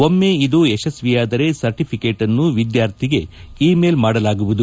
ಒಮ್ಮೆ ಇದು ಯಶಸ್ವಿಯಾದರೆ ಸರ್ಟಿಫಿಕೇಟನ್ನು ವಿದ್ಯಾರ್ಥಿಗೆ ಇ ಮೇಲ್ ಮಾಡಲಾಗುವುದು